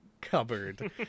cupboard